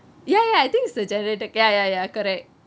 ya ya I think it's the generator ya ya ya correct